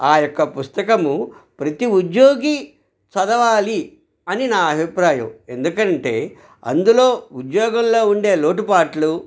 ఆ యొక్క పుస్తకము ప్రతి ఉద్యోగి చదవాలి అని నా అభిప్రాయం ఎందుకంటే అందులో ఉద్యోగంలో ఉండే లోటుపాట్లు